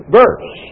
verse